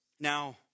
Now